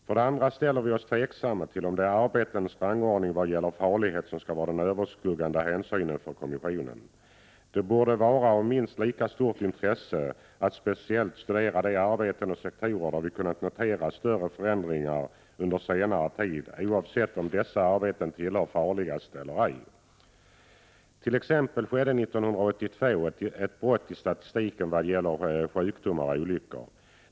För det andra ställer vi oss tveksamma till om det är arbetenas rangordning vad gäller farlighet som skall vara den överskuggande hänsynen för kommissionen. Det borde vara av minst lika stort intresse att speciellt studera de arbeten och sektorer där vi kunnat notera större förändringar under senare tid — oavsett om dessa arbeten tillhör ”farligaste” eller ej. Som påpekats i utredningen skedde 1982 ett brott i statistiken både vad gäller sjukdomar och olyckor.